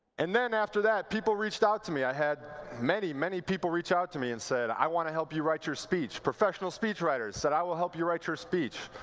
and then after that people reached out to me. i had many, many people reach out to me and said, i want to help you write your speech. professional speech writers said, i will help you write your speech.